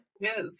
Yes